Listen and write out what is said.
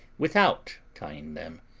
without tying them,